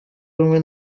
rumwe